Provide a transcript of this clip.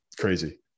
Crazy